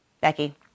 Becky